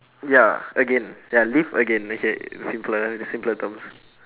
ya again ya live again okay simpler the simpler terms